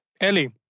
Ellie